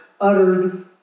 uttered